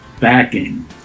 backing